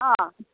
अ'